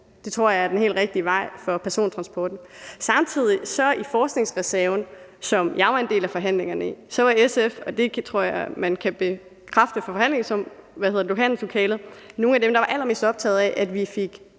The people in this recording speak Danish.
Det tror jeg er den helt rigtige vej for persontransporten. I forbindelse med forskningsreserven, som jeg var en del af forhandlingerne om, var SF samtidig – og det tror jeg man kunne bekræfte i forhandlingslokalet – nogle af dem, der var allermest optaget af, at vi fik